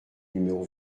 numéro